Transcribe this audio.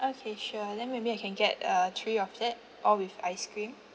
okay sure then maybe I can get uh three of that all with ice cream